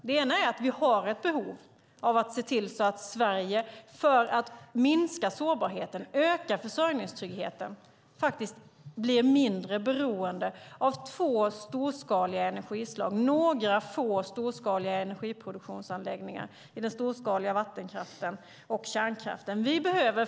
Det ena är att vi har ett behov av att se till att Sverige, för att minska sårbarheten och öka försörjningstryggheten, blir mindre beroende av några få storskaliga energiproduktionsanläggningar i den storskaliga vattenkraften och kärnkraften.